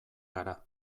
gara